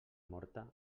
morta